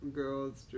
girls